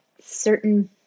certain